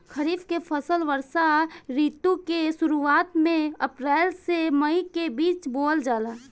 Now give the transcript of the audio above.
खरीफ के फसल वर्षा ऋतु के शुरुआत में अप्रैल से मई के बीच बोअल जाला